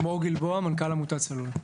מור גלבוע, מנכ"ל עמותת צלול.